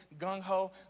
gung-ho